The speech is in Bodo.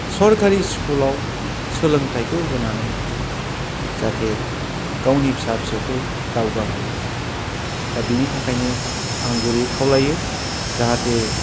सरखारि स्कुलाव सोलोंथायखौ होनानै जाथे गावनि फिसा फिसौखौ दावगाहोयो दा बेनि थाखायनो आं गुरैयै खावलायो जाहाथे